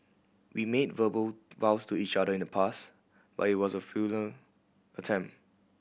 we made verbal vows to each other in the past but it was a attempt